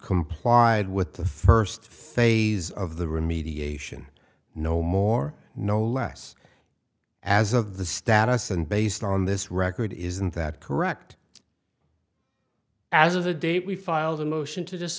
complied with the first phase of the remediation no more no less as of the status and based on this record isn't that correct as of a date we filed a motion to